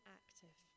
active